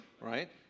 right